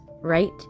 right